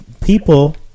people